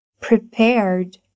prepared